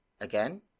Again